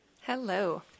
Hello